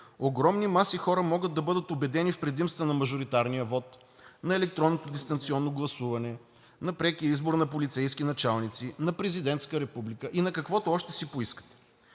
огромни маси хора могат да бъдат убедени в предимствата на мажоритарния вот, на електронното дистанционно гласуване, на прекия избор на полицейски началници, на президентската република и на каквото още си поискате.